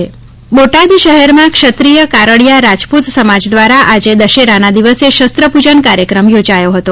શસ્ત્ર પૂજન બોટાદ શહેરમાં ક્ષત્રિય કારડીયા રાજપુત સમાજ દ્વારા આજે દશેરાના દિવસે શસ્ત્રપૂજન કાર્યક્રમ યોજાયો હતો